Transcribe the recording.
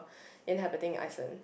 inhabiting Iceland